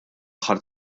aħħar